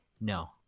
no